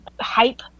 hype